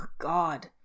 god